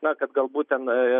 na kad galbūt ten